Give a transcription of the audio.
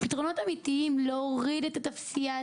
פתרונות אמיתיים להוריד את הטופסיאדה,